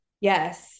yes